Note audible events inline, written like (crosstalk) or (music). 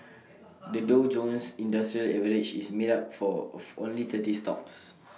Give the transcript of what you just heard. (noise) the Dow Jones industrial average is made up for of only thirty stocks